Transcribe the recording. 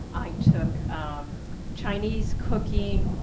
i took um chinese cooking,